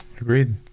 Agreed